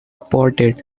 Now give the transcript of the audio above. ported